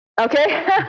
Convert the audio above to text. Okay